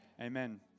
Amen